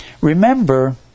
Remember